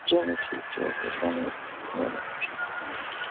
چلو ٹھیٖک چھُ او کے اسلام علیکُم وعلیکُم